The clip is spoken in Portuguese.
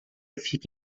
fica